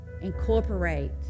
incorporate